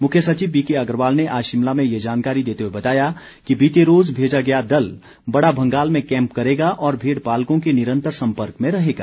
मुख्य सचिव बीके अग्रवाल ने आज शिमला में ये जानकारी देते हए बताया कि बीते रोज भेजा गया दल बड़ा भंगाल में कैंप करेगा और भेड़ पालकों के निरंतर संपर्क में रहेगा